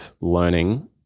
learning